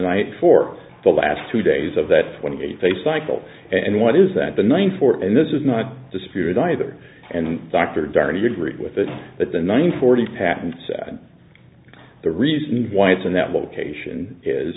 night for the last two days of that twenty eight day cycle and what is that the ninety four and this is not disputed either and dr darren you agree with it that the nine forty patents and the reason why it's in that location is